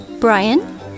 Brian